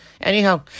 Anyhow